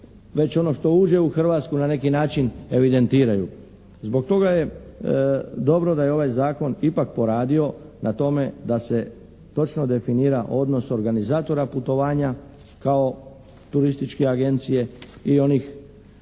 već ono što uđe u Hrvatsku na neki način evidentiraju. Zbog toga je dobro da je ovaj zakon ipak poradio na tome da se točno definira odnos organizatora putovanja kao turističke agencije i onih